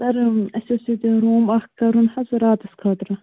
سر اَسہِ حظ چھِ ییٚتہِ روٗم اَکھ کَرُن حظ راتَس خٲطرٕ